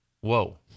whoa